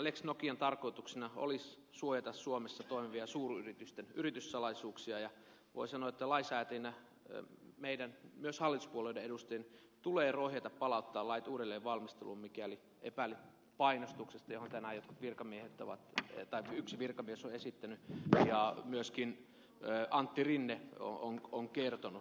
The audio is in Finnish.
lex nokian tarkoituksena oli suojata suomessa toimivien suuryritysten yrityssalaisuuksia ja voi sanoa että lainsäätäjinä meidän myös hallituspuolueiden edustajien tulee rohjeta palauttaa lait uudelleen valmisteluun mikäli epäilyt painostuksesta joita tänään yksi virkamies on esittänyt ja myöskin antti rinne on kertonut